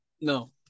no